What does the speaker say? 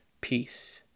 Peace